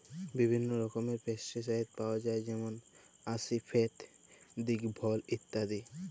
বিভিল্ল্য রকমের পেস্টিসাইড পাউয়া যায় যেমল আসিফেট, দিগফল ইত্যাদি